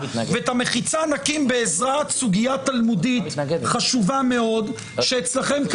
את המחיצה נקים בעזרת סוגיה תלמודית חשובה מאוד שאצלכם,